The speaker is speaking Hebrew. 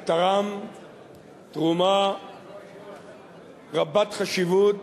תרם תרומה רבת חשיבות